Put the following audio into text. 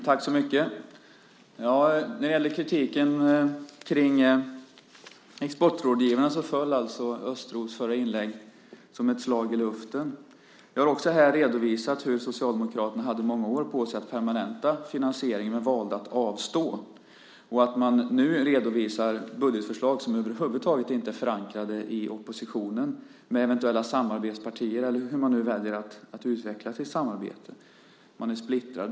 Fru talman! När det gäller kritiken kring exportrådgivarna föll alltså Östros förra inlägg som ett slag i luften. Jag har också här redovisat hur Socialdemokraterna hade många år på sig att permanenta finansieringen men valde att avstå och att man nu redovisar budgetförslag som över huvud taget inte är förankrade i oppositionen, med eventuella samarbetspartier eller hur man nu väljer att utveckla sitt samarbete. Man är splittrad.